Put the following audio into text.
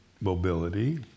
mobility